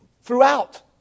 throughout